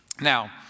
Now